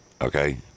okay